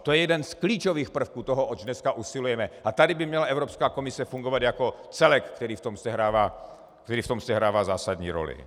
To je jeden z klíčových prvků toho, oč dneska usilujeme, a tady by měla Evropská komise fungovat jako celek, který v tom sehrává zásadní roli.